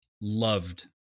loved